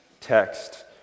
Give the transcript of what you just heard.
text